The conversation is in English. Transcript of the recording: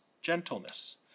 gentleness